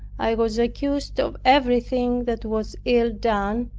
i was accused of everything that was ill done,